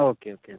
okay okay okay